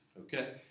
okay